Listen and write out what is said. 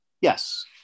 Yes